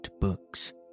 books